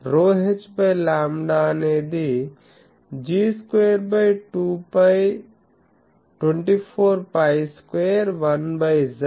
ρhలాంబ్డా అనేది G2 24π2 1 𝝌